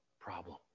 problem